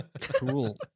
Cool